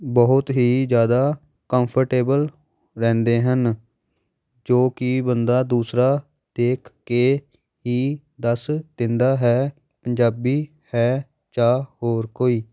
ਬਹੁਤ ਹੀ ਜ਼ਿਆਦਾ ਕੰਫਰਟੇਬਲ ਰਹਿੰਦੇ ਹਨ ਜੋ ਕਿ ਬੰਦਾ ਦੂਸਰਾ ਦੇਖ ਕੇ ਹੀ ਦੱਸ ਦਿੰਦਾ ਹੈ ਪੰਜਾਬੀ ਹੈ ਜਾਂ ਹੋਰ ਕੋਈ